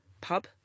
pub